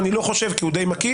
אני לא חושב, כי הוא די מקיף.